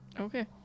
Okay